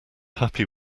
happy